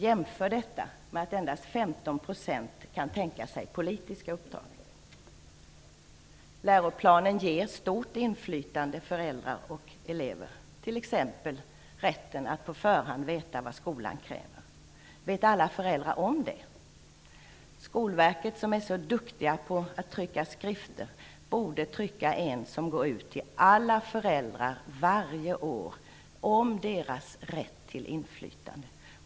Detta kan jämföras med att endast 15 % kan tänka sig politiska uppdrag. Läroplanen ger föräldrar och elever stort inflytande, t.ex. rätt att på förhand få veta vad skolan kräver. Vet alla föräldrar om det? Skolverket, som är så duktigt på att trycka skrifter, borde trycka en som går ut till alla föräldrar varje år om deras rätt till inflytande.